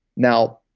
now,